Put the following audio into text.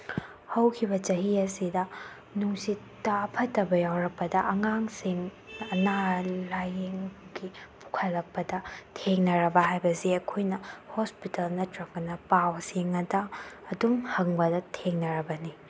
ꯍꯧꯈꯤꯕ ꯆꯍꯤ ꯑꯁꯤꯗ ꯅꯨꯡꯁꯤꯠꯇ ꯐꯠꯇꯕ ꯌꯥꯎꯔꯛꯄꯗ ꯑꯉꯥꯡꯁꯤꯡ ꯑꯅꯥ ꯂꯥꯏꯌꯦꯡꯒꯤ ꯄꯨꯈꯠꯂꯛꯄꯗ ꯊꯦꯡꯅꯔꯕ ꯍꯥꯏꯕꯁꯦ ꯑꯩꯈꯣꯏꯅ ꯍꯣꯁꯄꯤꯇꯥꯜ ꯅꯠꯇ꯭ꯔꯒꯅ ꯄꯥꯎꯁꯤꯡꯗ ꯑꯗꯨꯝ ꯍꯪꯕꯗ ꯊꯦꯡꯅꯔꯕꯅꯤ